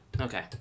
Okay